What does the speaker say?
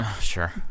Sure